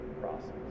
process